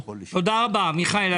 תודה רבה, מיכאל.